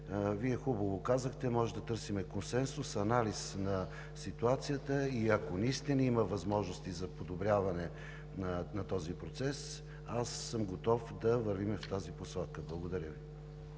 Вие хубаво казахте, можем да търсим консенсус, анализ на ситуацията и ако наистина има възможности за подобряване на този процес, аз съм готов да вървим в тази посока. Благодаря.